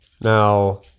Now